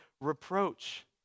reproach